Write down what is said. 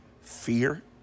fear